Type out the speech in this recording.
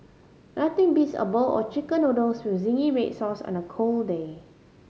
nothing beats a bowl of Chicken Noodles with zingy red sauce on a cold day